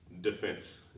defense